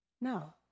No